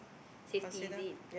safety is it